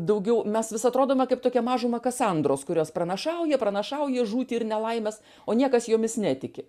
daugiau mes vis atrodome kaip tokia mažuma kasandros kurios pranašauja pranašauja žūtį ir nelaimes o niekas jomis netiki